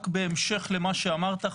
רק בהמשך למה שאמרת,